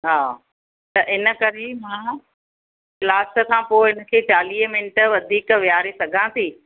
हा त हिन करे मां क्लास खां पोइ हिनखे चालीह मिंट वधीक विहारे सघां थी